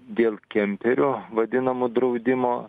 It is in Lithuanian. dėl kemperių vadinamų draudimo